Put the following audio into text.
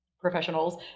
professionals